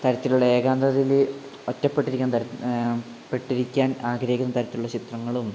തരത്തിലുള്ള ഏകാന്തതയിൽ ഒറ്റപ്പെട്ടിരിക്കുന്ന പെട്ടിരിക്കാൻ ആഗ്രഹിക്കുന്ന തരത്തിലുള്ള ചിത്രങ്ങളും